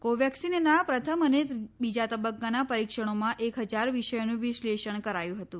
કો વેક્સિનના પ્રથમ અને બીજા તબક્કાના પરીક્ષણોમાં એક હજાર વિષયોનું વિશ્લેષણ કરાયું હતું